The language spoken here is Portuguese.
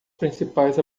principais